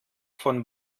von